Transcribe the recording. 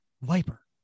Viper